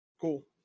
Cool